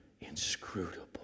Inscrutable